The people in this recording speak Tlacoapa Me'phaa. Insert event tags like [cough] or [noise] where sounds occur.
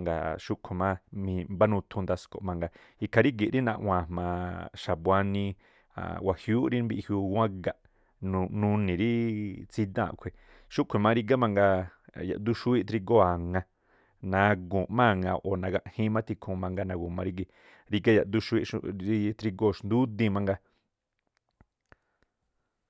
ngaa̱ xúꞌkhu̱ má mi mbanuthu ndasko̱ꞌ. Ikhaa rígi̱ꞌ rí naꞌwa̱a̱n jma̱a xabuanii wajiúúꞌ rí mbiꞌjiuu gúwán ga̱ꞌ, nuni̱ rí tsídáa̱n a̱ꞌkhui̱. Xúꞌkhui̱ má mangaa rígá yaꞌdu xúwíꞌ drígóo̱ a̱ŋa, naguu̱nꞌ má a̱ŋa ngaa̱ nagaꞌjíín má tikhuun mangaa nagu̱ma rígi̱ꞌ. Rígá yaꞌdu xúwíꞌ [unintelligible] drígóo̱ xndudiin mangaa.